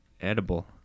Edible